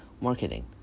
Marketing